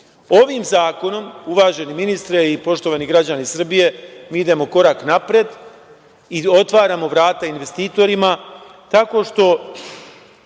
Ovim zakonom, uvaženi ministre i poštovani građani Srbije, mi idemo korak napred i otvaramo vrata investitorima, tako što